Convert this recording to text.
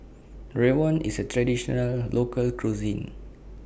Rawon IS A Traditional Local Cuisine